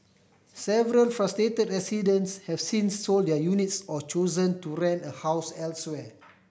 several frustrated residents have since sold their units or chosen to rent a house elsewhere